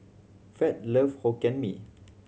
Fed love Hokkien Mee